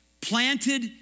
planted